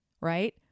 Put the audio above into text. Right